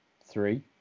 three